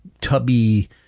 tubby